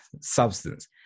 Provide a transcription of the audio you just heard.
Substance